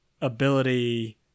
Ability